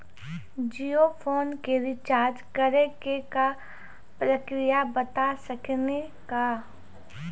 Jio phone के recharge करे के का प्रक्रिया बता साकिनी का?